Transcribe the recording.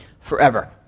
forever